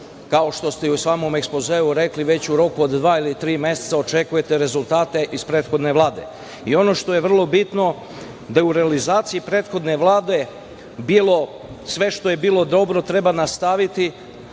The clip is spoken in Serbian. kao što ste i u samom ekspozeu rekli, već u roku od dva ili tri meseca očekujete rezultate iz prethodne Vlade. Ono što je vrlo bitno da je u realizaciji prethodne Vlade bilo sve što je bilo dobro i treba nastaviti,